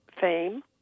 fame